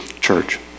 church